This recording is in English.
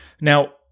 Now